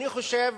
אני חושב